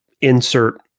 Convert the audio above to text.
insert